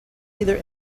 either